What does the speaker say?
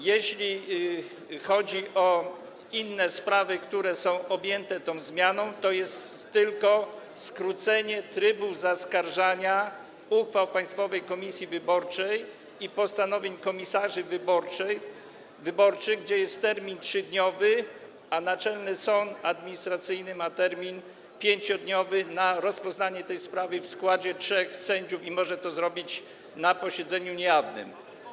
Jeśli chodzi o inne sprawy, które są objęte tą zmianą, to jest to tylko skrócenie trybu zaskarżania uchwał Państwowej Komisji Wyborczej i postanowień komisarzy wyborczych, gdzie jest przewidziany termin 3-dniowy, a Naczelny Sąd Administracyjny ma termin 5-dniowy na rozpoznanie tej sprawy w składzie trzech sędziów i może to zrobić na posiedzeniu niejawnym.